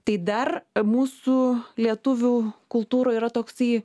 tai dar mūsų lietuvių kultūroj yra toksai